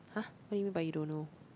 !huh! what you mean by you don't know